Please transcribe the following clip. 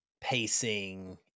pacing